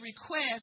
request